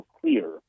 clear